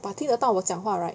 but 听得到我讲话 right